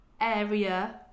area